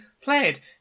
played